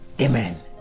amen